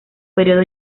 período